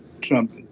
Trump